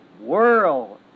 world